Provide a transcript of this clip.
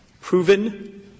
Proven